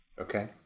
Okay